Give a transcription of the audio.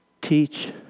teach